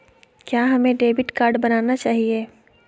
क्या हमें debit card बनाना चाहिए?